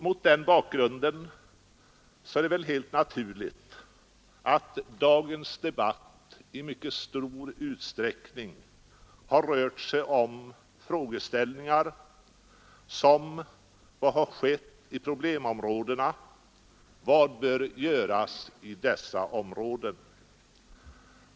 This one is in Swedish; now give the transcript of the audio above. Mot den här bakgrunden är det helt naturligt att dagens debatt i mycket stor utsträckning har rört sig om frågor som har ställts i problemområdena och vad som bör göras där.